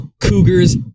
cougars